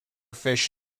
fish